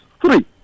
Three